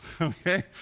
okay